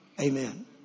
Amen